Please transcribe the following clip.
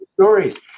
stories